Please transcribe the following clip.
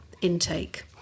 intake